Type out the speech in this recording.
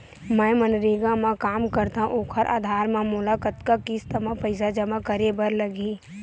मैं मनरेगा म काम करथव, ओखर आधार म मोला कतना किस्त म पईसा जमा करे बर लगही?